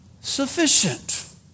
sufficient